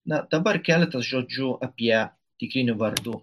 na dabar keletas žodžių apie tikrinių vardų